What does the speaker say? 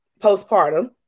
postpartum